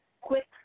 quick